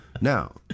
Now